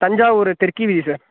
தஞ்சாவூர் தெற்கு வீதி சார்